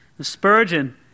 Spurgeon